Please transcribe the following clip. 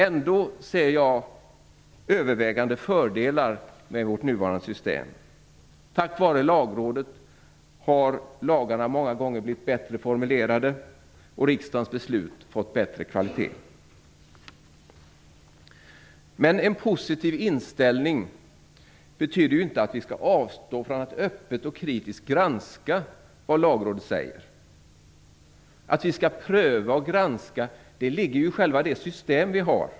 Ändå ser jag övervägande fördelar med vårt nuvarande system. Tack vare Lagrådet har lagarna många gånger blivit bättre formulerade och riksdagens beslut fått bättre kvalitet. Men en positiv inställning betyder ju inte att vi skall avstå från att öppet och kritiskt granska vad Lagrådet säger. Att vi skall pröva och granska ligger ju i själva det system vi har.